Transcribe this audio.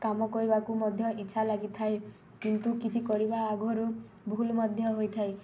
କାମ କରିବାକୁ ମଧ୍ୟ ଇଚ୍ଛା ଲାଗିଥାଏ କିନ୍ତୁ କିଛି କରିବା ଆଗରୁ ଭୁଲ୍ ମଧ୍ୟ ହୋଇଥାଏ